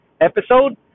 episode